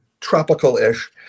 tropical-ish